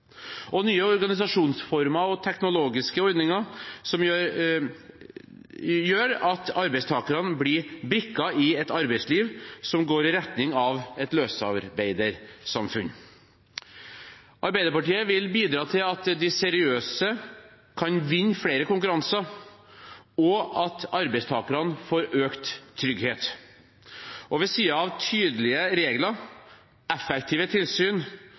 konkurransen. Nye organisasjonsformer og nye teknologiske ordninger gjør at arbeidstakerne blir brikker i et arbeidsliv som går i retning av et løsarbeidersamfunn. Arbeiderpartiet vil bidra til at de seriøse kan vinne flere konkurranser, og til at arbeidstakerne får økt trygghet. Ved siden av tydelige regler, effektive tilsyn